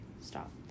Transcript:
stop